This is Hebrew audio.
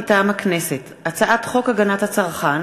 מטעם הכנסת: הצעת חוק הגנת הצרכן